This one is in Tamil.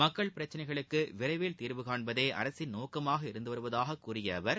மக்கள் பிரச்சினைகளுக்கு விரைவில் தீர்வு காண்பதே அரசின் நோக்கமாக இருந்து வருவதாக கூறிய அவர்